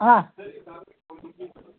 हा